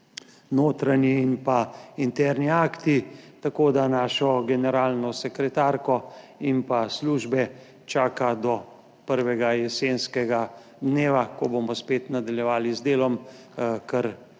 notranji in interni akti, tako našo generalno sekretarko in službe čaka do prvega jesenskega dneva, ko bomo spet nadaljevali z delom, kar